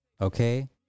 okay